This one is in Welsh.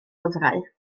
lyfrau